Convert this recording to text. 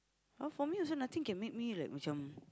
but for me also nothing can me like macam